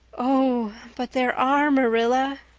oh, but there are, marilla,